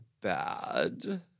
bad